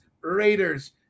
Raiders